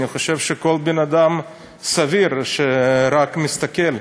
אני חושב שכל בן-אדם סביר שרק מסתכל,